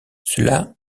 cela